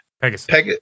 Pegasus